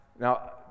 now